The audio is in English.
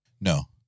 No